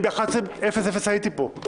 ב-11:00 הייתי פה.